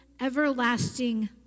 everlasting